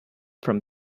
from